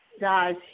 guys